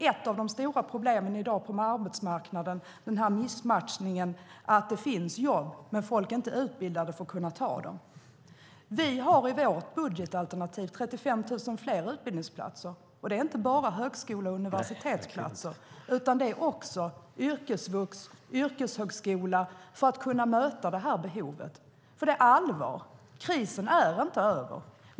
Ett av de stora problemen på arbetsmarknaden i dag är ju missmatchningen, att det finns jobb men folk inte är utbildade för att kunna ta dem. Vi har i vårt budgetalternativ 35 000 fler utbildningsplatser, och det är inte bara på högskolor och universitet utan också inom yrkesvux och yrkeshögskola för att möta detta behov. Det är allvar. Krisen är inte över.